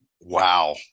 Wow